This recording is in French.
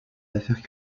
affaires